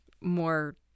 more